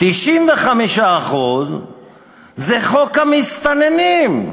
95% זה חוק המסתננים,